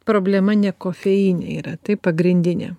problema ne kofeine yra taip pagrindinė